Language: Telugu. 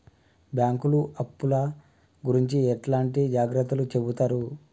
బ్యాంకులు అప్పుల గురించి ఎట్లాంటి జాగ్రత్తలు చెబుతరు?